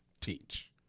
teach